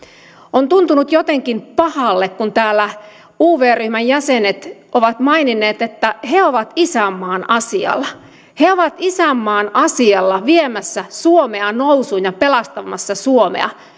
on tuntunut jotenkin pahalle kun täällä uv ryhmän jäsenet ovat maininneet että he ovat isänmaan asialla he ovat isänmaan asialla viemässä suomea nousuun ja pelastamassa suomea